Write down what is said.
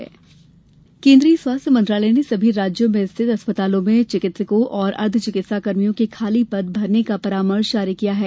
चिकित्सा कर्मी केन्द्रीय स्वास्थ्य मंत्रालय ने सभी राज्यों में स्थित अस्पतालों में चिकित्सकों और अर्द्दचिकित्सा कर्मियों के खाली पद भरने का परामर्श जारी किया है